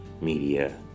media